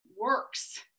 works